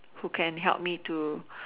who can help me to